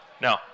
No